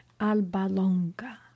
Albalonga